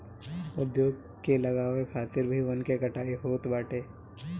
उद्योग के लगावे खातिर भी वन के कटाई होत बाटे